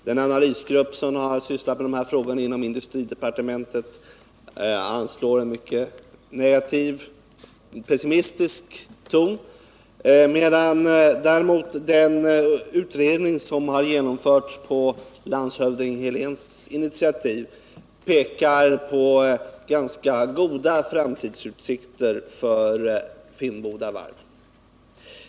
Den analysgrupp som har sysslat med dessa frågor inom industridepartementet anslår en mycket negativ och pessimistisk ton medan däremot den utredning som har gjorts på landshövding Heléns initiativ pekar på ganska goda framtidsutsikter för Finnboda varv.